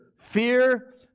fear